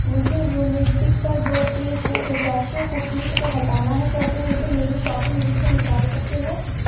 مجھے یونیبک کاجو کے کوکیز کیشو کوکیز کو ہٹانا ہے کیا تم اسے میری شاپنگ لسٹ سے نکال سکتے ہو